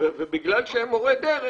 ובגלל שהם מורי דרך,